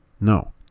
No